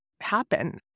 happen